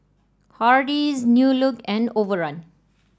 Hardy's New Look and Overrun